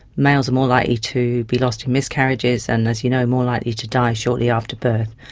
males are more likely to be lost in miscarriages and, as you know, more likely to die shortly after birth.